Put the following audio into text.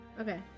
okay